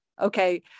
Okay